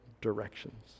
directions